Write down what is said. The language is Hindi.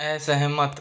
असहमत